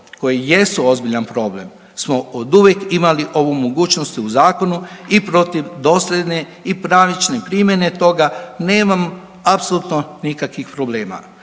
koje jesu ozbiljan problem smo oduvijek imali ovu mogućnost u zakonu i protiv dosljedne i pravične primjene toga nemam apsolutno nikakvih problema.